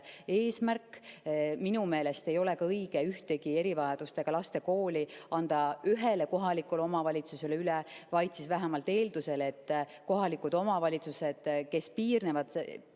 eesmärk. Minu meelest ei ole õige ühtegi erivajadustega laste kooli kohalikule omavalitsusele üle anda. [Kui, siis vaid] eeldusel, et kohalikud omavalitsused, kes piirnevad